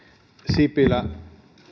sipilä